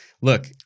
look